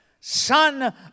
son